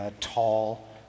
tall